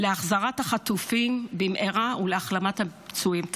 להחזרת החטופים במהרה ולהחלמת הפצועים.